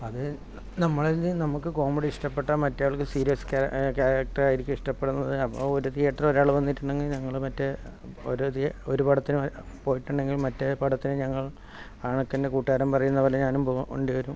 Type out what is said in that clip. അതു നമ്മളത് നമുക്ക് കോമഡി ഇഷ്ടപെട്ടാൽ മറ്റേആൾക്ക് സീരിയസ് ക്യാര ക്യാരക്ടർ ആയിരിക്കും ഇഷ്ടപെടുന്നത് അപ്പോൾ ഒരു തിയേറ്ററിൽ ഒരാൾ വന്നിട്ടുണ്ടെങ്കിൽ ഞങ്ങൾ മറ്റേ ഓരോധ്യേ ഒരുപടത്തിന് പോയിട്ടുണ്ടെങ്കിൽ മറ്റേപടത്തിന് ഞങ്ങൾ ആണക്കിന് കൂട്ടുകാരൻ പറയുന്ന പോലെ ഞാനുംപോകും പോകേണ്ടിവരും